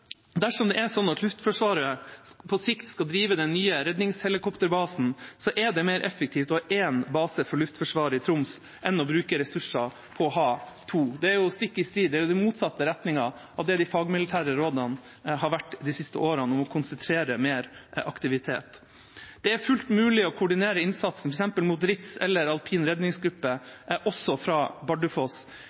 Dersom det er sånn at Luftforsvaret på sikt skal drive den nye redningshelikopterbasen, er det mer effektivt å ha én base for Luftforsvaret i Troms enn å bruke ressurser på å ha to. Det er jo i motsatt retning av det som har vært de fagmilitære rådene de siste årene, om å konsentrere mer aktivitet. Det er fullt mulig å koordinere innsatsen, f.eks. mot RITS eller alpine redningsgrupper, også fra Bardufoss.